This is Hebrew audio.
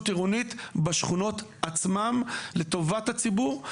עירונית בשכונות עצמן לטובת הציבור,